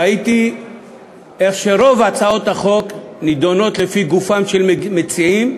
ראיתי איך רוב הצעות החוק נדונות לפי גופם של מציעים,